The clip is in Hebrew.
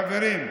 חברים,